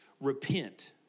repent